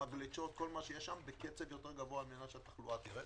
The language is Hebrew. המגלשות וכל מה שיש שם בקצב גבוה ממה שהתחלואה תרד.